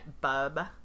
Bub